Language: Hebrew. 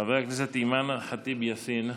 חברת הכנסת אימאן ח'טיב יאסין,